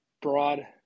broad